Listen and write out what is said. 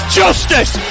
justice